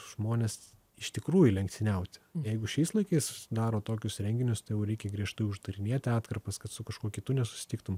žmonės iš tikrųjų lenktyniauti jeigu šiais laikais daro tokius renginius tai jau reikia griežtai uždarinėti atkarpas kad su kažkuo kitu nesusitiktum